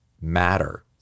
matter